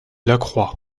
lacroix